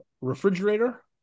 Refrigerator